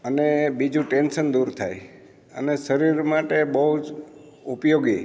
અને બીજું ટેન્સન દૂર થાય અને શરીર માટે બહુ જ ઉપયોગી